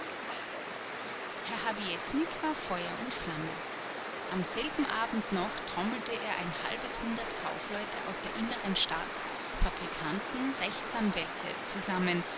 herr habietnik war feuer und flamme am selben abend noch trommelte er ein halbes hundert kaufleute aus der inneren stadt fabrikanten rechtsanwälte zusammen